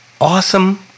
awesome